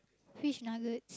fish nuggets